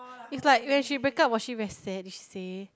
it's like when she break up was she very sad did she say